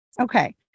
Okay